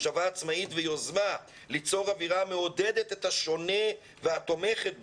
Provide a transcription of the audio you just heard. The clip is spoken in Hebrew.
מחשבה עצמאית ויוזמה ליצור אווירה מעודדת את השונה והתומכת בו.